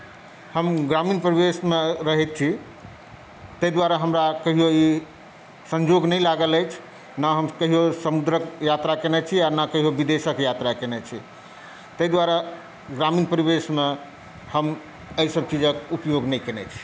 हम ग्रामीण परिवेशमे रहैत छी ताहि दुआरे हमरा कहिओ ई सन्योग नहि लागल अछि नहि हम कहिओ समुद्रक यात्रा कयने छी और ना कहिओ विदेषक यात्रा कयने छी ताहि दुआरे ग्रामीण परिवेशमे हम एहि सभ चीजक उपयोग नहि कयने छी